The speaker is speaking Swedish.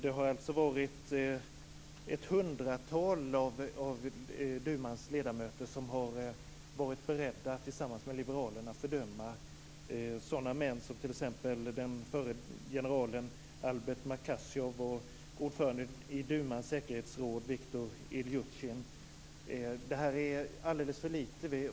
Ett hundratal av dumans ledamöter har alltså varit beredda att tillsammans med liberalerna fördöma sådana män som t.ex. förre generalen Detta är alldeles för lite.